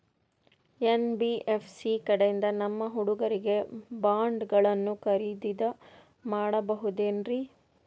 NBFC ಕಡೆಯಿಂದ ನಮ್ಮ ಹುಡುಗರಿಗೆ ಬಾಂಡ್ ಗಳನ್ನು ಖರೀದಿದ ಮಾಡಬಹುದೇನ್ರಿ?